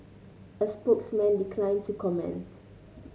a spokesman declined to comment